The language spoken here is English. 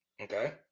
okay